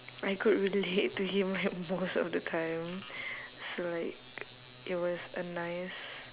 I could relate to him like most of the time so like it was a nice